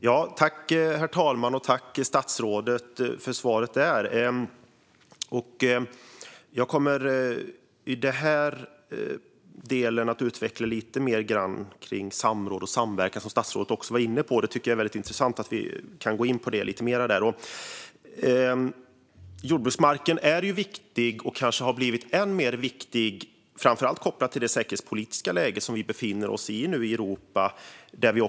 Herr talman! Tack, statsrådet, för svaret! Jag kommer i den här delen att utveckla lite grann mer om samråd och samverkan, som statsrådet också var inne på. Det vore intressant om vi kan gå in lite mer på det. Jordbruksmarken är viktig och har kanske blivit än mer viktig framför allt kopplat till det säkerhetspolitiska läge som vi i Europa nu befinner oss i.